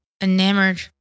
enamored